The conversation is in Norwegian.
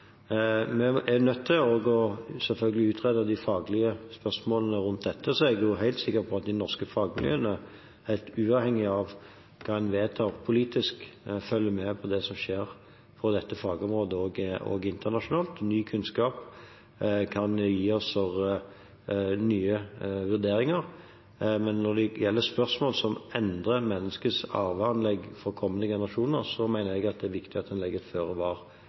Vi er selvfølgelig nødt til å utrede de faglige spørsmålene rundt dette. Så er jeg helt sikker på at de norske fagmiljøene, helt uavhengig av hva en vedtar politisk, følger med på det som skjer på dette fagområdet også internasjonalt. Ny kunnskap kan gi nye vurderinger. Men når det gjelder spørsmål som handler om å endre menneskets arveanlegg for kommende generasjoner, mener jeg det er viktig at en legger føre var-hensynet til grunn. Storbritannias helsemyndigheter har gjort en vurdering av denne metoden og konkludert med at det